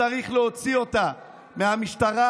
צריך להוציא אותה מהמשטרה,